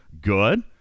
good